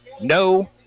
no